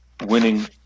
winning